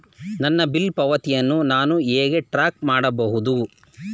ನನ್ನ ಬಿಲ್ ಪಾವತಿಯನ್ನು ನಾನು ಹೇಗೆ ಟ್ರ್ಯಾಕ್ ಮಾಡಬಹುದು?